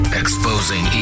exposing